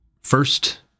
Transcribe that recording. First